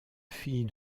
fille